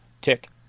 tick